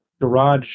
garage